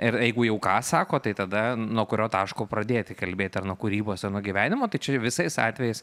ir jeigu jau ką sako tai tada nuo kurio taško pradėti kalbėti ar nuo kūrybos ar nuo gyvenimo tai čia ir visais atvejais